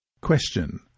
Question